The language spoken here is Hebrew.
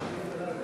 ההסתייגויות